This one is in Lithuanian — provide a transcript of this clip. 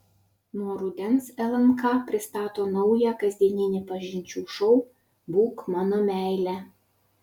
nuo rudens lnk pristato naują kasdieninį pažinčių šou būk mano meile